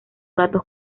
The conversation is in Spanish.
gatos